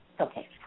Okay